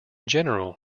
general